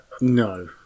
No